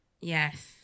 yes